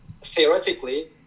theoretically